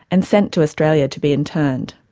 and sent to australia to be interned.